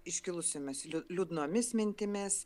iškilusiomis liu liūdnomis mintimis